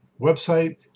website